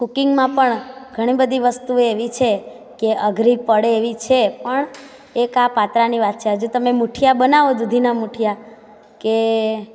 કૂકિંગમાં પણ ઘણી બધી વસ્તુ એવી છે કે અઘરી પડે એવી છે પણ એક આ પાતરાની વાત છે હજુ તમે મૂઠિયાં બનાવો દૂધીનાં મૂઠિયાં કે